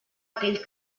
aquell